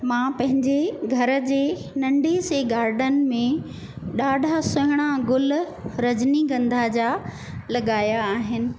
मां पंहिंजे घर जी नंढी सी गार्डन में ॾाढा सुहिणा गुल रजनी गंधा जा लॻाया आहिनि